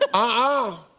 ah ah